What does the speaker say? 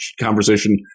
conversation